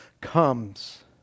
comes